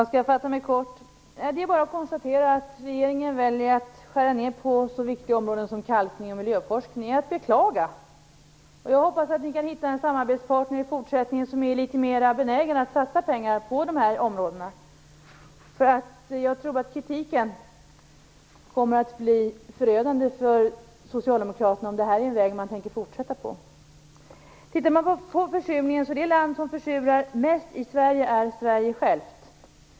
Fru talman! Det är bara att konstatera att regeringen väljer att skära ner på sådana viktiga områden som kalkning och miljöforskning. Det är att beklaga. Jag hoppas att ni i fortsättningen kan hitta en samarbetspartner som är litet mer benägen att satsa pengar på de här områdena. Jag tror nämligen att kritiken kommer att bli förödande för Socialdemokraterna om det här är en väg man tänker fortsätta på. Det land som försurar mest i Sverige är Sverige självt.